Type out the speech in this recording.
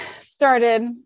started